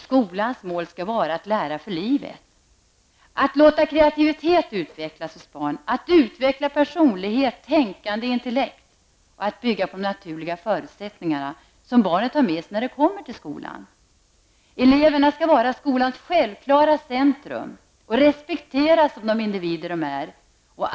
Skolans mål skall vara att lära för livet, att låta kreativitet utvecklas hos barn, att utveckla personlighet och tänkande intellekt och att bygga på de naturliga förutsättningar som barnet har med sig när det kommer till skolan. Eleverna skall vara skolans självklara centrum och respekteras som de individer de är.